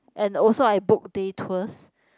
and also I book day tours